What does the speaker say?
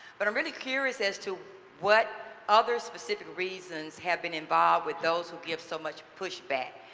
but i'm really curious as to what other specific reasons have been involved with those who give so much pushback.